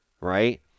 Right